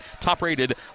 top-rated